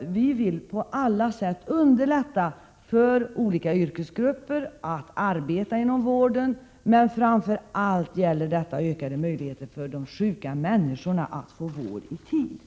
Vi vill på alla sätt underlätta för olika yrkesgrupper att arbeta inom vården, men framför allt handlar det om ökade möjligheter för de sjuka människorna att få vård i tid.